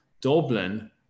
Dublin